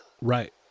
Right